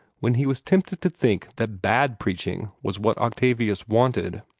when he was tempted to think that bad preaching was what octavius wanted.